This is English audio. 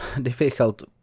difficult